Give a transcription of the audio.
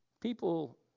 People